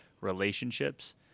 relationships